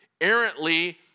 errantly